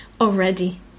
already